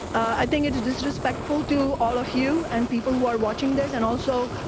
i think it is disrespectful to all of you, and people who are watching this, and also,